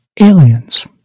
Aliens